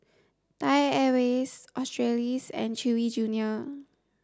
Thai Airways Australis and Chewy Junior